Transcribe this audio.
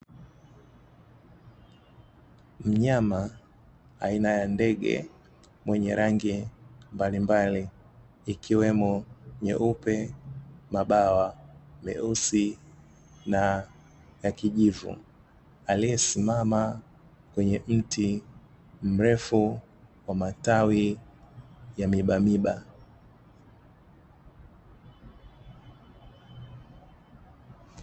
Mnyama aina ya ndege mwenye rangi mbalimbali, ikiwemo nyeupe mabawa meusi na ya kijivu aliyesimama kwenye mti mrefu wa matawi ya mibamiba.